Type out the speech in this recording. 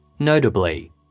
Notably